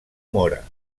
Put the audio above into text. mora